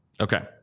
Okay